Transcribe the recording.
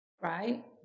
Right